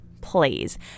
Please